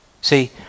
See